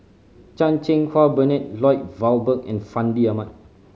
Chan Cheng Wah Bernard Lloyd Valberg and Fandi Ahmad